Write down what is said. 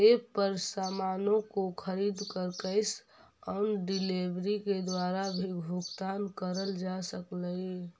app पर सामानों को खरीद कर कैश ऑन डिलीवरी के द्वारा भी भुगतान करल जा सकलई